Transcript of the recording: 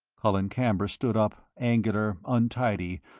colin camber stood up, angular, untidy,